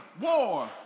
war